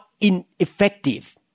ineffective